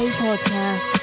podcast